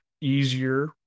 easier